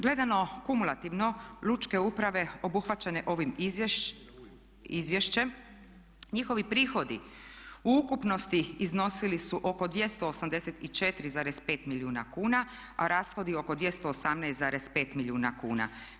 Gledano kumulativno lučke uprave obuhvaćene ovim izvješćem njihovi prihodi u ukupnosti iznosili su ok 284,5 milijuna kuna a rashodi oko 218,5 milijuna kuna.